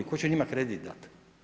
Tko će njima kredit dat?